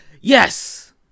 Yes